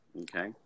okay